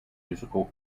musical